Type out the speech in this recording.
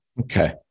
Okay